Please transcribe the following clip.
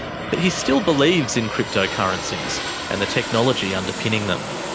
but he still believes in cryptocurrencies and the technology underpinning them.